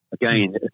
again